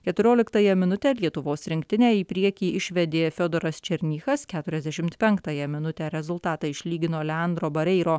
keturioliktąją minutę lietuvos rinktinę į priekį išvedė fiodoras černychas keturiasdešimt penktąją minutę rezultatą išlygino leandro bareiro